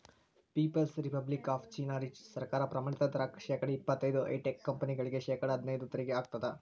people's republic of China ಸರ್ಕಾರ ಪ್ರಮಾಣಿತ ದರ ಶೇಕಡಾ ಇಪ್ಪತೈದು ಹೈಟೆಕ್ ಕಂಪನಿಗಳಿಗೆ ಶೇಕಡಾ ಹದ್ನೈದು ತೆರಿಗೆ ಹಾಕ್ತದ